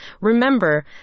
Remember